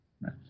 right